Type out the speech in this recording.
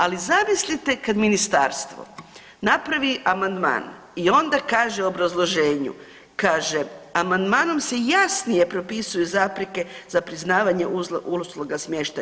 Ali zamislite kad ministarstvo napravi amandman i onda kaže u obrazloženju kaže amandmanom se jasnije propisuju zapreke za priznavanje usluga smještaja.